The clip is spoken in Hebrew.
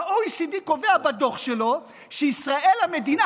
ה-OECD קובע בדוח שלו שישראל היא המדינה